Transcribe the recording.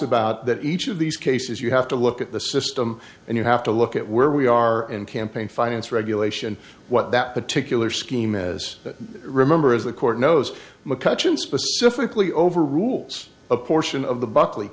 about that each of these cases you have to look at the system and you have to look at where we are in campaign finance regulation what that particular scheme as remember as the court knows mccutcheon specifically over rules a portion of the buckley